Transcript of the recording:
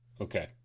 Okay